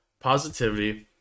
positivity